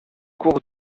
cours